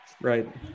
right